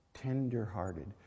tender-hearted